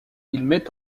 met